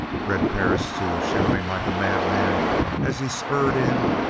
red perris, too, shouting like a mad man as he spurred in,